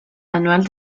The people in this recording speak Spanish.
anual